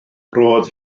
roedd